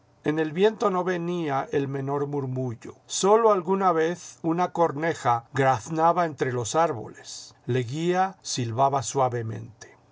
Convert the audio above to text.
en el viento no venía el menor murmullo sólo alguna vez una corneja graznaba entre los árboles leguía silbaba suavemente